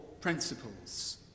principles